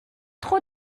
trop